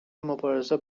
مبارزه